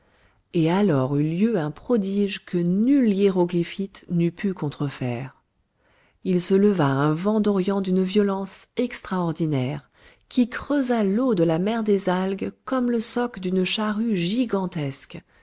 et alors eut lieu un prodige que nul hiéroglyphite n'eût pu contrefaire il se leva un vent d'orient d'une violence extraordinaire qui creusa l'eau de la mer des algues comme le soc d'une charrue gigantesque